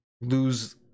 lose –